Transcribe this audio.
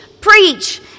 preach